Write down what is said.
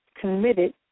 committed